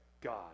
God